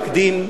אני לא אומר,